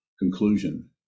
conclusion